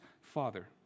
Father